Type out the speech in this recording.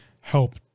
help